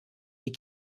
die